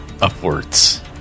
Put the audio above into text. upwards